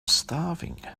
starving